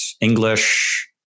english